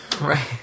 Right